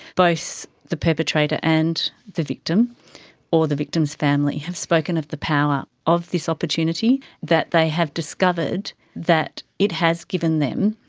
both the perpetrator and the victim or the victim's family have spoken of the power of this opportunity, that they have discovered that it has given them,